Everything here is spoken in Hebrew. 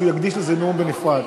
שהוא יקדיש לזה נאום בנפרד.